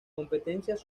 competencias